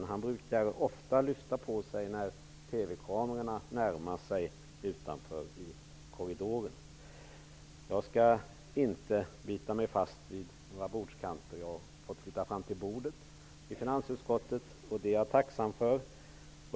När TV-kamerorna närmar sig utanför i korridoren lyfter han ofta på sig och går dem till mötes. Jag skall inte bita mig fast i bordskanten. Jag har fått flytta fram till bordet i finansutskottet, och det är jag tacksam för.